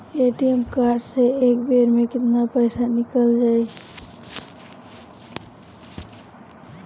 ATM card से एक बेर मे केतना पईसा निकल जाई?